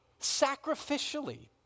sacrificially